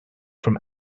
from